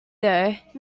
though